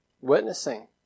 witnessing